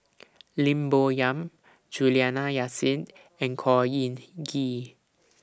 Lim Bo Yam Juliana Yasin and Khor Ean Ghee